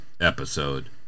episode